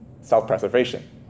self-preservation